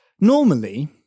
normally